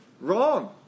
wrong